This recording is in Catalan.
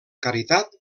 caritat